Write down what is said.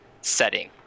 setting